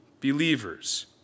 believers